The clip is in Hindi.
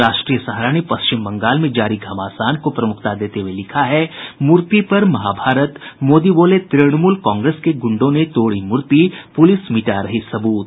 राष्ट्रीय सहारा ने पश्चिम बंगाल में जारी घमासान को प्रमुखता देते हुये लिखा है मूर्ति पर महाभारत मोदी बोले तृणमूल कांग्रेस के गुंडों ने तोड़ी मूर्ति पुलिस मिटा रही सबूत